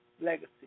legacy